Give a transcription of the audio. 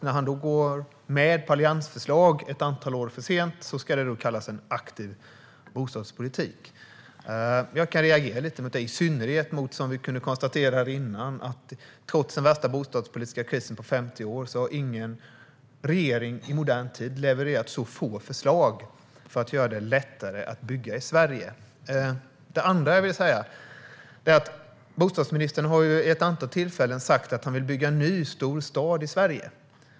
När han går med på alliansförslag ett antal år för sent ska det då kallas för en aktiv bostadspolitik. Jag kan reagera lite mot det, i synnerhet som, vilket vi konstaterade här tidigare, ingen regering i modern tid har levererat så få förslag för att göra det lättare att bygga i Sverige som denna regering - trots den värsta bostadspolitiska krisen på 50 år. Det andra jag vill säga är att bostadsministern vid ett antal tillfällen har sagt att han vill bygga en ny stor stad i Sverige.